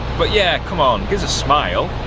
but yeah, come on give us a smile.